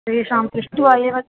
तान् पृष्ट्वा एव